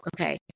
okay